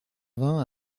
vingt